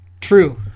True